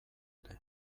ere